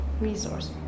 resource